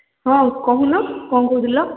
ହଁ କହୁନ କ'ଣ କହୁଥିଲ